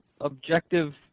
objective